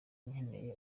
nkeneye